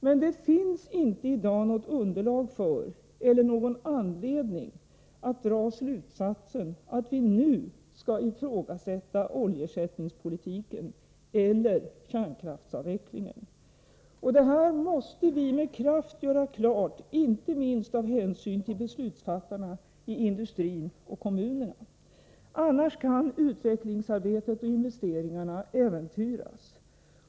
Men det finns inte i dag något underlag för eller någon anledning att dra slutsatsen att vi nu skall ifrågasätta oljeersättningspolitiken eller kärnkraftsavvecklingen. Och det här måste vi med kraft göra klart, inte minst av hänsyn till beslutsfattarna i industrin och i kommunerna. Annars kan utvecklingsarbetet och investeringarna äventyras.